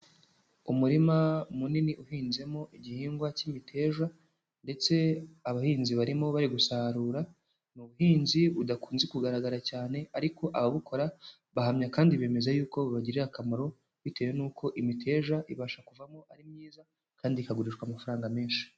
Umurima munini uhinzemo igihingwa cy'imiteja, ndetse abahinzi barimo bari gusarura, ni ubuhinzi budakunze kugaragara cyane ariko ababukora bahamya kandi bemeza yuko bibagirira akamaro, bitewe nuko imiteja ibasha kuvamo ari myiza kandi ikagurishwa amafaranga menshi.